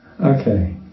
Okay